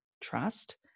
trust